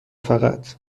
فقط